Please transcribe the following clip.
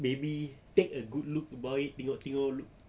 maybe take a good look about it tengok-tengok look